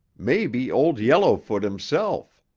maybe old yellowfoot himself.